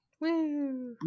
Woo